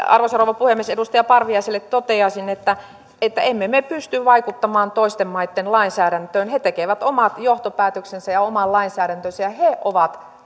arvoisa rouva puhemies edustaja parviaiselle toteaisin että että emme me pysty vaikuttamaan toisten maitten lainsäädäntöön he tekevät omat johtopäätöksensä ja oman lainsäädäntönsä ja he ovat